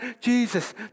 Jesus